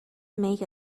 make